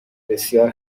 بسیار